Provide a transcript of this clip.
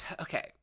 okay